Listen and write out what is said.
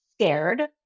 scared